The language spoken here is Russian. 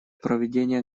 проведения